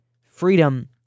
freedom